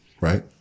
right